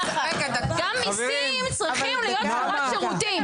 גם מיסים צריכים להיות תמורת שירותים.